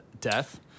death